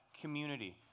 community